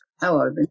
Hello